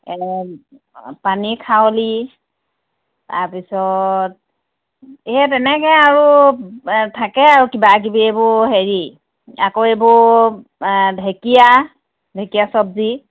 এনে পানীখাৰলি তাৰপিছত সেই তেনেকে আৰু থাকে আৰু কিবা কিবি এইবোৰ হেৰি আকৌ এইবোৰ ঢেকীয়া ঢেকীয়া চব্জি